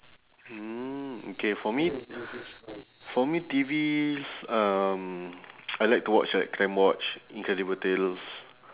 hmm okay for me for me T_Vs um I like to watch like crimewatch incredible tales